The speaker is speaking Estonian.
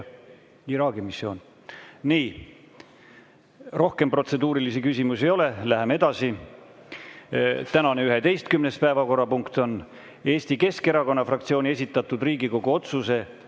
Rohkem protseduurilisi küsimusi ei ole. Läheme edasi. Tänane 11. päevakorrapunkt on Eesti Keskerakonna fraktsiooni esitatud Riigikogu otsuse